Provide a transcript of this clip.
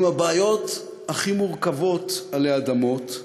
עם הבעיות הכי מורכבות עלי אדמות,